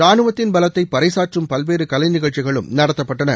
ரானுவத்தின் பலத்தை பறைசாற்றும் பல்வேறு கலைநிகழ்ச்சிகளும் நடத்தப்பட்டன